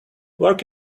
work